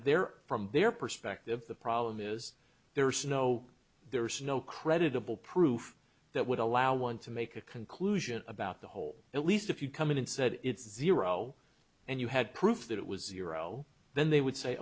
there from their perspective the problem is there is no there is no credible proof that would allow one to make a conclusion about the whole at least if you come in and said it's zero and you had proof that it was zero then they would say